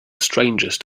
strangest